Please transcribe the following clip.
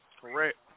correct